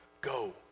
go